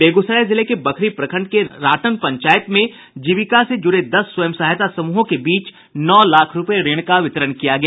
बेगूसराय जिले के बखरी प्रखण्ड के राटन पंचायत में जीविका से जुड़े दस स्वयं सहायता समूहों के बीच नौ लाख रूपये का ऋण वितरण किया गया